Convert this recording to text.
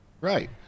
right